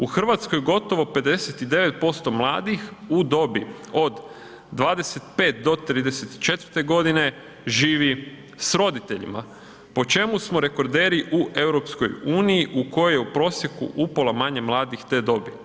U Hrvatskoj gotovo 59% mladih u dobi od 25 do 34 g. živi s roditeljima po čemu smo rekorderi u EU-u u kojoj je u prosjeku upola manje mladih te dobi.